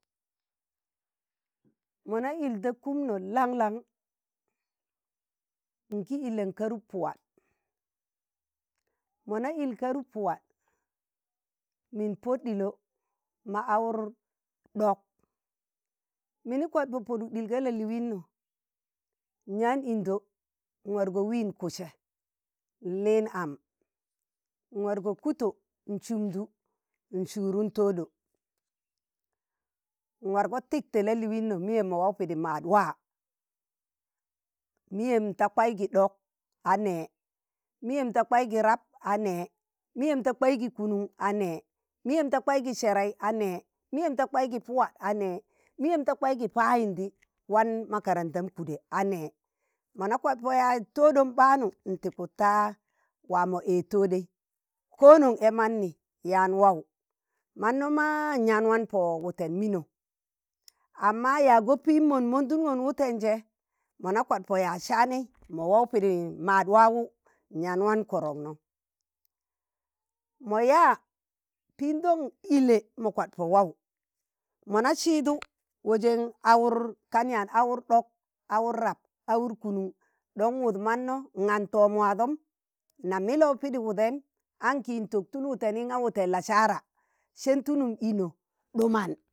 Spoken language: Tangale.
Mọna ịlta kụmnọ lang lang, nkị ịlẹn karup puwa, mọna ịl karup puwa, min pụd ɗịlọ ma awụr ɗọk, mịnị kwad pọ pụdụk ɗịl ga lalịịnọ yaam ịndọ n wargọ wị n kụsẹ, n lịin am n wargọ kụtu nsụndụ n sụrụn tọɗọ n wargọ tịktẹ lalịịnọ mịyẹm mọ waw pịdị maad wa, mịyẹm ta kwaịgị ɗọk a nẹẹ, mịyẹm da kwaikị rap anẹẹ, mịyẹm da kwagi kunun anee,, miyen da kwaigi sẹrịẹị anẹẹ mịyẹm da kwaigị puwa anẹẹ, mịyẹm da kwaigị payịndị wan makarantam kuɗe a nẹẹ, mọna kwad pọ yaaj tọdọm ɓạanụ, ntịkụd ta wa mọ ẹẹz tọdọi, ko nong ee manni yaan waw manno ma nyan wan po wuten mino amma yaag da pịm mọn mọndụngon wụtẹn jẹ, mọna kwadpo yaaj sạani mọ wawụ pịdị maad wawụ n yaan wan kọrọkno, mọ yaa pịndọng ịlẹ mọ kwad pọ wawụ mana sịịdụ wajen awur, kan ya awụr ɗọk, awụr rap, awụr kụmun, don wụɗ mano ngan tọm wadom na mịlo,̣ pịdị wụdẹyịm ankị n tọk tul wụtẹnị nga wụtẹn lasara sẹ tụlụm ịnọ ɗụman,